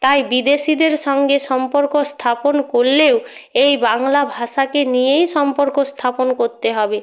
তাই বিদেশিদের সঙ্গে সম্পর্ক স্থাপন করলেও এই বাংলা ভাষাকে নিয়েই সম্পর্ক স্থাপন করতে হবে